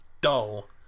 dull